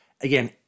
Again